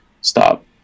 stop